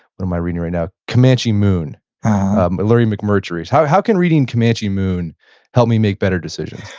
what am i reading right now. comanche moon by larry mcmurtry. how how can reading comanche moon help me make better decisions?